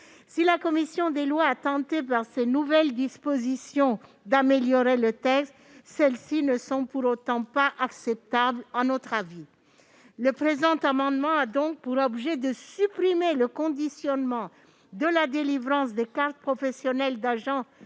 Si la commission des lois a tenté, par ces nouvelles dispositions, d'améliorer le texte, ces dernières ne sont, pour autant, pas acceptables pour nous. Le présent amendement a pour objet de supprimer le conditionnement de la délivrance de la carte professionnelle d'agent